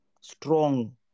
strong